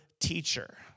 teacher